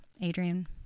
Adrian